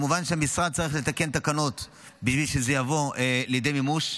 כמובן שהמשרד צריך לתקן תקנות בשביל שזה יבוא לידי מימוש,